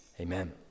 amen